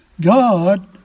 God